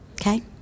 okay